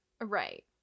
Right